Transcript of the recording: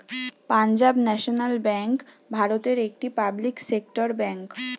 Punjab national bank ভারতের একটি public sector bank